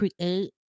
create